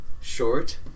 Short